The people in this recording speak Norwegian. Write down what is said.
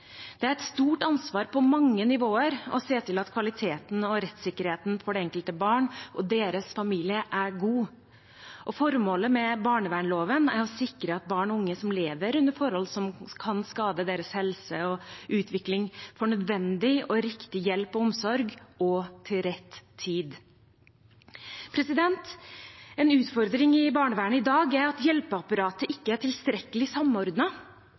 Det er et stort ansvar på mange nivåer å se til at kvaliteten og rettssikkerheten for det enkelte barn og deres familie er god. Formålet med barnevernsloven er å sikre at barn og unge som lever under forhold som kan skade deres helse og utvikling, får nødvendig og riktig hjelp og omsorg og til rett tid. En utfordring i barnevernet i dag er at hjelpeapparatet ikke er tilstrekkelig